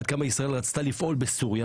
עד כמה ישראל רצתה לפעול בסוריה,